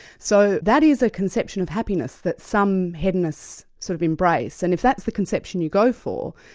so that is a conception of happiness that some hedonists sort of embrace and if that's the conception you go for,